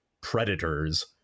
predators